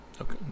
Okay